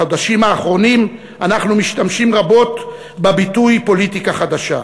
בחודשים האחרונים אנחנו משתמשים רבות בביטוי "פוליטיקה חדשה".